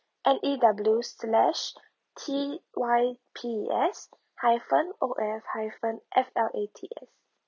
N E W slash T Y P E S hyphen O F hyphen F L A T S